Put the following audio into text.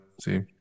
See